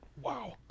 Wow